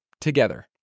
together